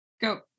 go